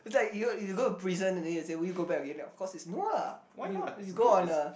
it's like you know go and present then say will you go back again then of course is no lah if you if you go on a